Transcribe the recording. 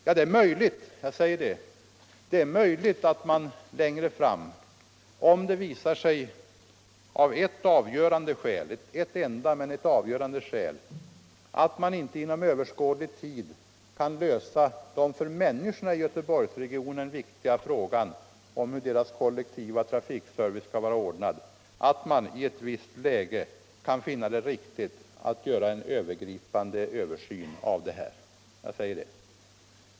Ja, under den avgörande förutsättningen att man inte inom överskådlig tid kan lösa den för människorna i Göteborgsregionen viktiga frågan om hur deras kollektivtrafikservice skall vara ordnad, är det möjligt — jag betonar det — att det i ett visst läge kan vara riktigt att göra en övergripande översyn.